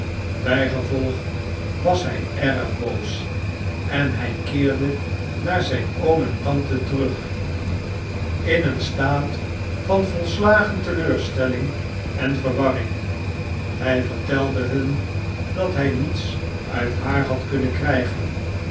bijgevolg was hij erg boos en hij keerda naar zijn oom en tante terug in een staat van volslagen teleurstelling en verwarring hij vertelde hun dat hij niets uit haar had kunnen krijgen